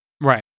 Right